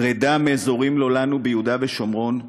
פרידה מאזורים לא לנו ביהודה ושומרון,